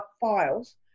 files